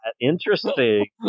Interesting